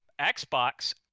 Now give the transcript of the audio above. Xbox